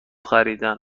خریدن